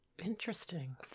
interesting